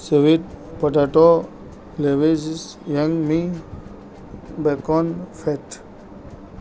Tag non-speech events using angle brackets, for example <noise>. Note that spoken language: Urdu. sweet potato <unintelligible> bacon fat